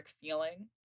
feeling